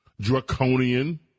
Draconian